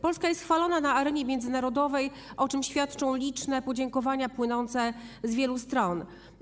Polska jest chwalona na arenie międzynarodowej, o czym świadczą liczne podziękowania płynące z wielu stron.